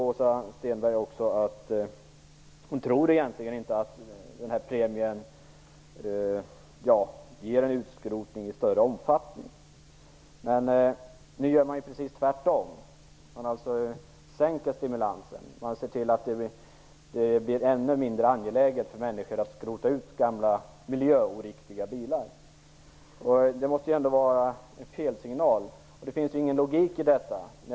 Åsa Stenberg sade också att hon egentligen inte tror att premien kommer att ge någon utskrotning i större omfattning. Men nu gör man precis tvärtom, och sänker stimulansen. Man ser till att det blir ännu mindre angeläget för människor att skrota ut gamla miljöoriktiga bilar. Det måste väl ändå vara en felsignal. Det finns ingen logik i det.